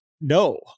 no